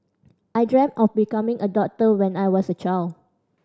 I dreamt of becoming a doctor when I was a child